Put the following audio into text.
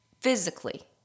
physically